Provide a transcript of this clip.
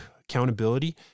accountability